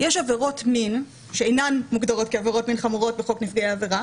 יש עבירות מין שאינן מוגדרות כעבירות מין חמורות בחוק נפגעי עבירה,